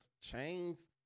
chains